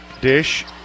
Dish